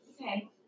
Okay